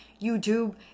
YouTube